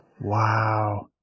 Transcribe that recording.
Wow